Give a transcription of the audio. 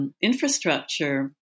infrastructure